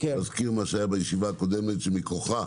נזכיר מה שהיה בישיבה קודמת שמכוחה